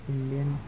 Indian